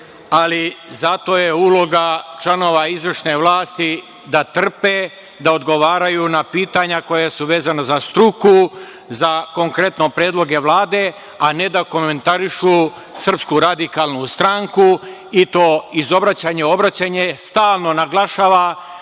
ali zato je uloga članova izvršne vlasti da trpe, da odgovaraju na pitanja koja su vezana za struku, za konkretno predloge Vlade, a ne da komentarišu SRS i to iz obraćanja u obraćanje, stalno naglašava